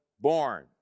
born